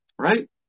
Right